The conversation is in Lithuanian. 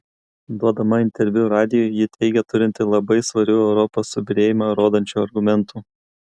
duodama interviu radijui ji teigė turinti labai svarių europos subyrėjimą rodančių argumentų